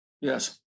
Yes